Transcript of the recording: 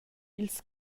ils